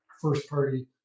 first-party